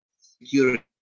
security